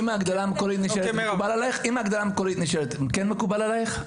אם ההגדרה המקורית נשארת, כן מקובל עליך?